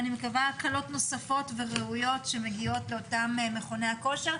ואני מקווה הקלות נוספות וראויות שמגיעות לאותם מכוני הכושר,